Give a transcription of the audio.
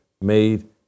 made